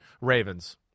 Ravens